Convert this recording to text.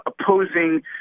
opposing